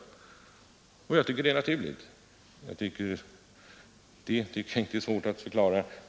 Jag tycker det är naturligt, och det är inte svårt att förklara.